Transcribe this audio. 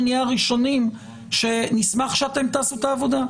אנחנו נהיה הראשונים שנשמח שאתם תעשו את העבודה.